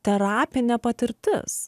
terapinė patirtis